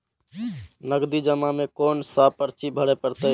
नगदी जमा में कोन सा पर्ची भरे परतें?